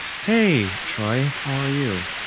hey, troy. how are you?